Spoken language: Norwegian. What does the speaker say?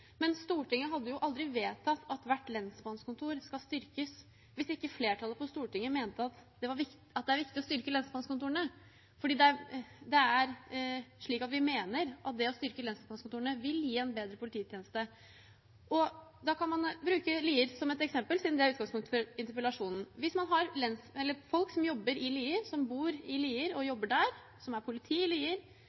Men Stortinget hadde jo aldri vedtatt at hvert lensmannskontor skulle styrkes, hvis ikke flertallet på Stortinget mente at det var viktig å styrke lensmannskontorene. Det er slik at vi mener at det å styrke lensmannskontorene vil gi en bedre polititjeneste. Da kan man bruke Lier som et eksempel siden det er utgangspunkt for interpellasjonen. Hvis man har folk som bor i Lier og jobber der, og som er politi i Lier,